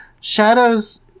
Shadow's